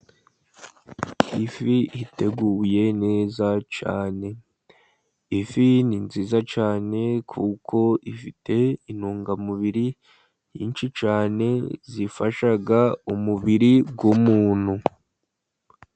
Ifi iteguye neza cyane. Ifi ni nziza cyane kuko ifite intungamubiri nyinshi cyane, zifasha umubiri w'umuntu.